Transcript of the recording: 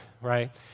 Right